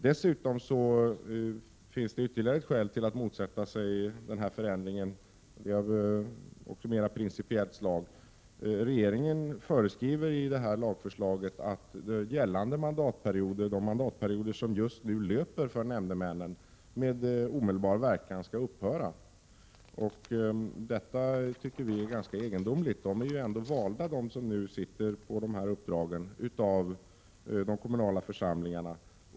Det finns ytterligare ett skäl att motsätta sig denna förändring, och det är av mera principiellt slag. Regeringen föreskriver i detta lagförslag att gällande mandatperioder, alltså de perioder som just nu löper för nämndemännen, med omedelbar verkan skall avslutas. Vi tycker att detta är ganska egendomligt. De som nu innehar dessa uppdrag är ju ändå valda av de kommunala församlingarna.